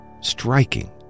striking